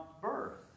birth